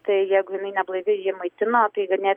tai jeigu jinai neblaivi ji maitino tai ganė